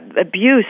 abuse